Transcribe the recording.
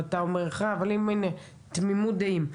אבל הנה תמימות דעים.